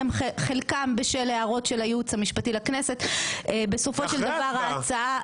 לפחות בשלב הראשון,